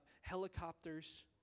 helicopters